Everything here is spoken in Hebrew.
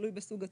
תלוי בסוג התיק.